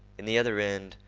in the other end,